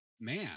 man